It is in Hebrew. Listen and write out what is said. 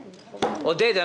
עודד,